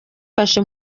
kashe